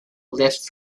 left